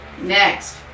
Next